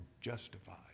Justified